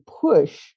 push